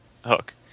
hook